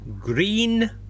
green